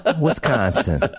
Wisconsin